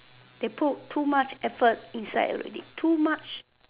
they put too much effort inside already too much